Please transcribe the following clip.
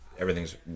Everything's